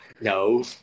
no